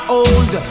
old